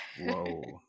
Whoa